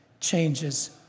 changes